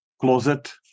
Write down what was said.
closet